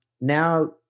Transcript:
now